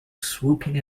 swooping